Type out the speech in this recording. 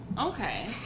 okay